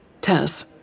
Tess